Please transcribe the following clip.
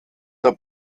der